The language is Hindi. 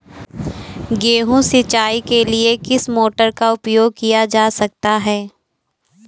गेहूँ सिंचाई के लिए किस मोटर का उपयोग किया जा सकता है?